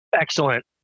Excellent